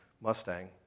Mustang